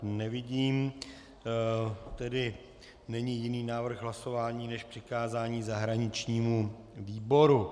Nevidím tedy jiný návrh hlasování než přikázání zahraničnímu výboru.